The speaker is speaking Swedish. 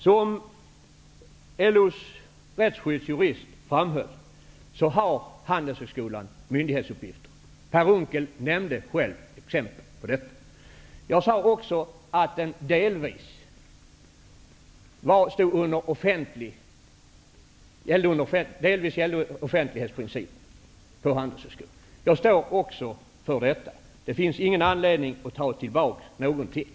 Som LO:s rättsskyddsjurist framhöll har Unckel nämnde själv exempel på detta. Jag sade också att offentlighetsprincipen delvis gäller för Handelshögskolan. Jag står för det också. Det finns ingen anledning att ta tillbaka någonting.